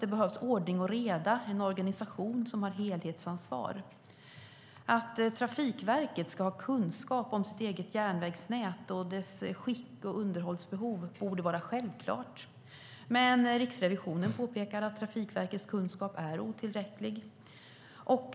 Det behövs ordning och reda i en organisation som har helhetsansvar. Att Trafikverket ska ha kunskap om sitt eget järnvägsnät, dess skick och underhållsbehov borde vara självklart, men Riksrevisionen pekar på att Trafikverkets kunskap är otillräcklig.